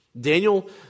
Daniel